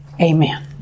Amen